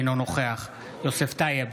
אינו נוכח יוסף טייב,